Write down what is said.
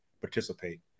participate